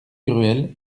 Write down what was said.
gruel